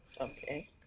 Okay